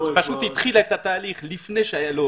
הוא התחיל את התהליך לפני שהייתה לו